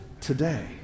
today